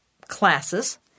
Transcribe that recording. classes